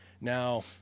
Now